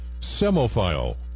semophile